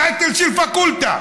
טייטל של פקולטה.